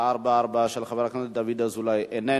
במשטרה משרתים עולים וילידי ארץ-ישראל.